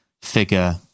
figure